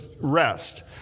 rest